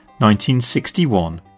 1961